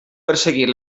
perseguir